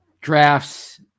drafts